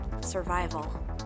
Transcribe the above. survival